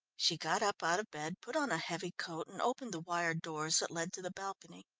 she got up out of bed, put on a heavy coat and opened the wire doors that led to the balcony.